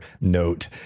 note